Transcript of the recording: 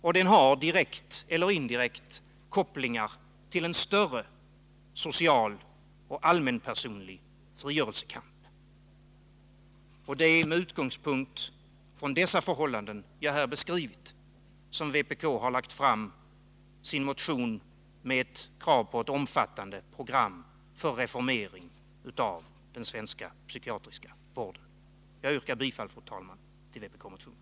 Och den har direkt eller indirekt kopplingar till en större social och 137 Det är med utgångspunkt i de förhållanden som jag här har beskrivit som vpk har väckt sin motion med krav på ett omfattande program för reformering av den svenska psykiatriska vården. Jag yrkar, fru talman, bifall till vpk-motionen.